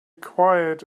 quiet